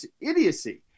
idiocy